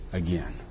again